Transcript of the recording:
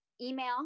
email